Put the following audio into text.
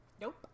Nope